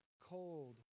cold